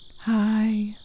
Hi